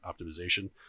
optimization